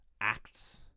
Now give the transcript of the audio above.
acts